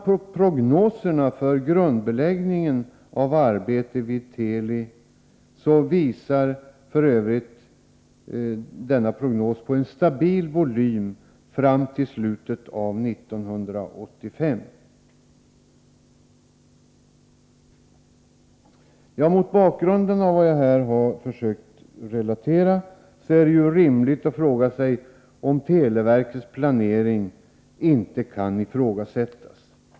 Prognoserna för grundbeläggningen av arbete vid Teli visar f. ö. på en stabil volym fram till slutet av 1985. Mot bakgrund av vad jag här försökt relatera är det rimligt att undra om inte televerkets planering måste ifrågasättas.